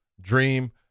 Dream